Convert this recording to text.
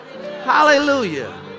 Hallelujah